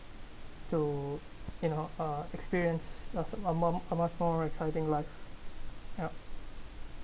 to you know uh experience among a much more exciting life yup